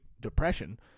Depression